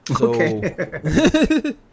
Okay